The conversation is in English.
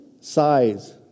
size